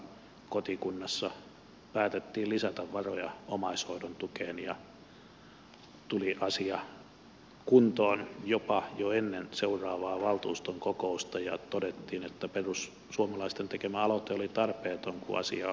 sillä kertaa kotikunnassa päätettiin lisätä varoja omaishoidon tukeen ja asia tuli kuntoon jopa jo ennen seuraavaa valtuuston kokousta jolloin todettiin että perussuomalaisten tekemä aloite oli tarpeeton kun asia oli jo hoidettu